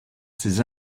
ses